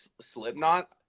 Slipknot